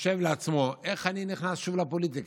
חושב לעצמו: איך אני נכנס שוב לפוליטיקה?